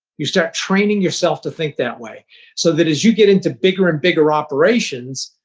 you start training yourself to think that way so that as you get into bigger and bigger operations,